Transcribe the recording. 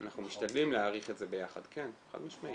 אנחנו משתדלים להעריך את זה ביחד, כן, חד משמעית.